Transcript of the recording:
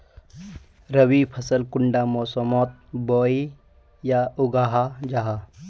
रवि फसल कुंडा मोसमोत बोई या उगाहा जाहा?